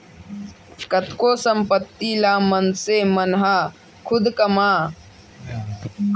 कतको संपत्ति ल मनसे मन ह खुद कमा खाके पसीना के आवत ले कमा के कोनो संपत्ति ला बना पाथे